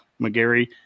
McGarry